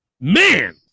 Man